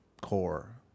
core